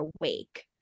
awake